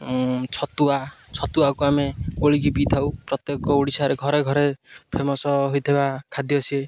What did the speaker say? ଛତୁଆ ଛତୁଆକୁ ଆମେ ଗୋଳେଇକି ପିଇଥାଉ ପ୍ରତ୍ୟେକ ଓଡ଼ିଶାରେ ଘରେ ଘରେ ଫେମସ୍ ହୋଇଥିବା ଖାଦ୍ୟ ସିଏ